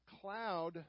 cloud